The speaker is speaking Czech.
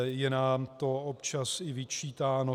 Je nám to občas i vyčítáno.